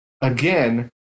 again